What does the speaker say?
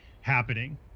happening